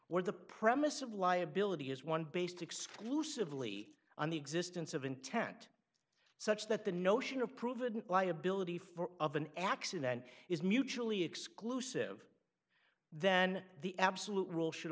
or the premise of liability is one based exclusively on the existence of intent such that the notion of proven liability for of an accident is mutually exclusive then the absolute rule should